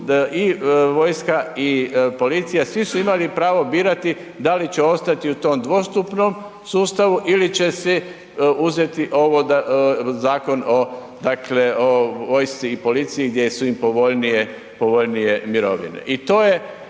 i vojska i policija, svi su imali pravo birati da li će ostati u tom dvostupnom sustavu ili će si uzeti ovo zakon o vojsci i policiji gdje su im povoljnije mirovine. I to je